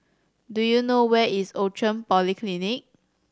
do you know where is Outram Polyclinic